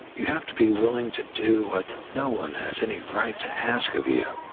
you have to be willing to do what no one has any right to ask of you.